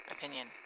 opinion